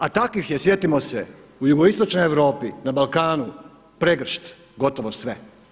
A takvih je sjetimo se, u jugoistočnoj Europi, na Balkanu pregršt, gotovo sve.